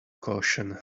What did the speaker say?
caution